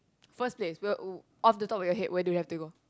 first place where off the top of your head where do they have to go